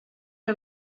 que